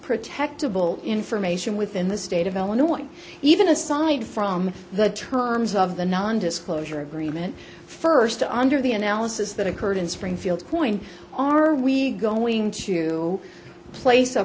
protectable information within the state of illinois even aside from the terms of the nondisclosure agreement first under the analysis that occurred in springfield point are we going to place